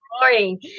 morning